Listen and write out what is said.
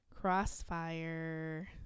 Crossfire